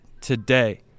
today